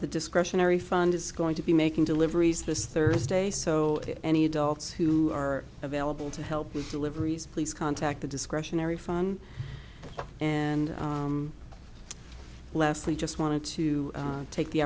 the discretionary fund is going to be making deliveries this thursday so any adults who are available to help with deliveries please contact the discretionary fund and lastly just wanted to take the